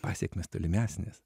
pasekmės tolimesnės